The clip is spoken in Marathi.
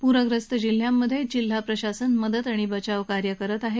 पूर्यस्त जिल्ह्यांमध्ये जिल्हा प्रशासन मदत आणि बचाव कार्य करत आहे